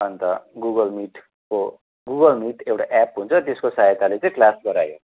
अन्त गुगलमिटको गुगलमिट एउटा एप हुन्छ त्यसको सहायताले चाहिँ क्लास गरायो